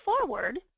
forward